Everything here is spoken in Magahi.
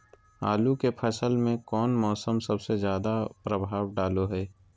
आलू के फसल में कौन मौसम सबसे ज्यादा प्रभाव डालो हय?